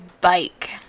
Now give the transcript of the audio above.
Bike